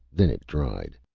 then it dried.